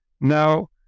Now